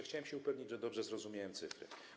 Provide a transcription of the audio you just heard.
Chciałbym się upewnić, że dobrze zrozumiałem liczby.